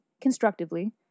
constructively